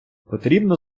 потрібно